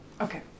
Okay